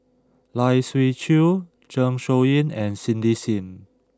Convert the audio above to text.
Lai Siu Chiu Zeng Shouyin and Cindy Sim